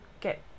get